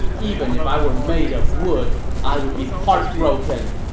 even if i were made of wood, i would be heartbroken!